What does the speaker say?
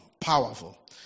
powerful